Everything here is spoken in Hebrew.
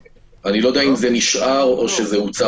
איני יודע אם זה נשאר או הוצא.